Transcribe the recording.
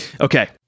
okay